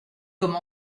comme